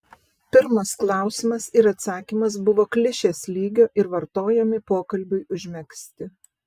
pirmas klausimas ir atsakymas buvo klišės lygio ir vartojami pokalbiui užmegzti